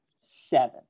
seven